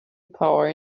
power